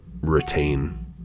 retain